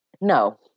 no